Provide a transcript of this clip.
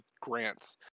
grants